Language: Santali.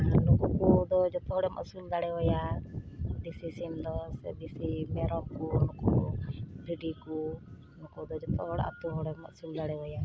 ᱟᱨ ᱱᱩᱠᱩ ᱠᱚᱫᱚ ᱡᱚᱛᱚ ᱦᱚᱲᱮᱢ ᱟᱹᱥᱩᱞ ᱫᱟᱲᱮᱣᱟᱭᱟ ᱫᱮᱥᱤ ᱥᱤᱢᱫᱚ ᱥᱮ ᱫᱮᱥᱤ ᱢᱮᱨᱚᱢᱠᱚ ᱱᱩᱠᱩ ᱵᱷᱤᱰᱤᱠᱚ ᱱᱩᱠᱩᱫᱚ ᱡᱚᱛᱚ ᱦᱚᱲ ᱟᱛᱳ ᱦᱚᱲᱮᱢ ᱟᱹᱥᱩᱞ ᱫᱟᱲᱮᱣᱟᱭᱟ